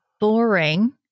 boring